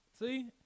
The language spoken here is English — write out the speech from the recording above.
See